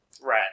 right